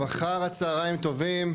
אחר הצהריים טובים.